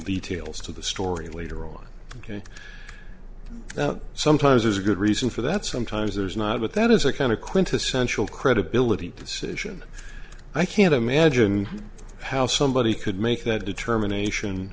details to the story later on ok sometimes there's a good reason for that sometimes there's not but that is a kind of quintessential credibility decision i can't imagine how somebody could make that